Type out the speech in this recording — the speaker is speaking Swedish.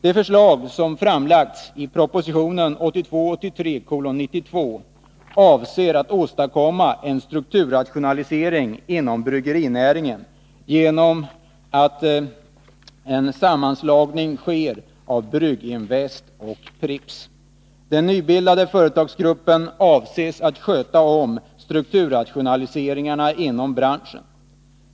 Det förslag som framlagts i proposition 1982/83:92 avser att åstadkomma en strukturrationalisering inom bryggerinäringen genom sammanslagning av Brygginvest och AB Pripps. Den nybildade företagsgruppen avses att sköta om rationaliseringarna inom branschen.